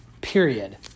period